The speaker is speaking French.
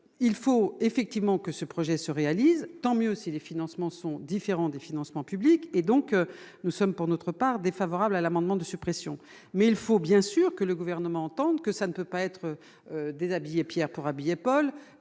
il faut effectivement que ce projet se réalise, tant mieux si les financements sont différents des financements publics et donc nous sommes pour notre part, défavorable à l'amendement de suppression, mais il faut bien sûr que le gouvernement entende que ça ne peut pas être déshabiller Pierre pour habiller Paul et